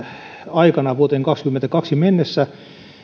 aikana vuoteen kaksituhattakaksikymmentäkaksi mennessä